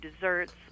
desserts